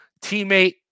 Teammate